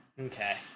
Okay